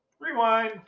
Rewind